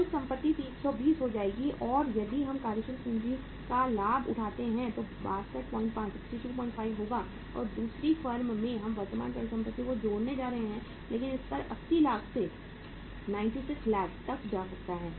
कुल संपत्ति 320 हो जाएगी और यदि आप कार्यशील पूंजी का लाभ उठाते हैं जो 625 होगा और दूसरी फर्म में हम वर्तमान परिसंपत्तियों को जोड़ने जा रहे हैं लेकिन स्तर 80 लाख से 96 लाख तक जा सकता है